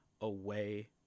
away